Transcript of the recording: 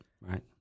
Right